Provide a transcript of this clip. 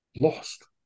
lost